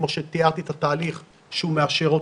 כמו שתיארתי את התהליך שהוא מאשר אותו,